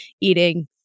eating